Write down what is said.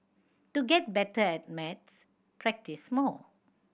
to get better at maths practise more